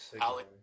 Alex